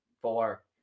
Four